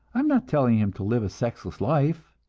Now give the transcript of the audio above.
i am not telling him to live a sexless life.